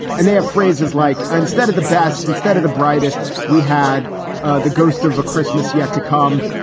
and they have phrases like instead of the best, instead of the brightest, we had ah the ghost of christmas yet to come.